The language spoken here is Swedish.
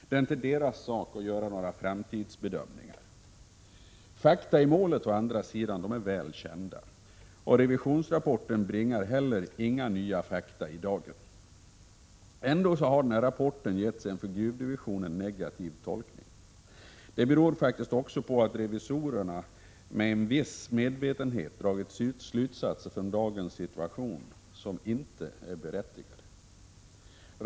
Det är inte deras sak att göra framtidsbedömningar. Fakta i målet är å andra sidan väl kända. Revisionsrapporten bringar heller inga nya fakta i dagen. Ändock har rapporten getts en för gruvdivisionen negativ tolkning. Det beror faktiskt också på att revisorerna med en viss medvetenhet dragit slutsatser från dagens situation som inte är berättigade.